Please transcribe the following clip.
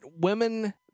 women